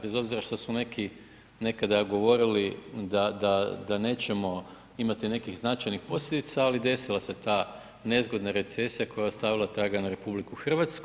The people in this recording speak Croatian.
Bez obzira što su neki nekada govorili da nećemo imati nekih značajnih posljedica, ali desila se ta nezgodna recesija koja je ostavila traga na RH.